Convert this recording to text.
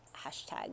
hashtag